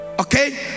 okay